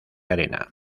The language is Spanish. arena